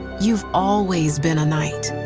you've always been a knight,